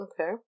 Okay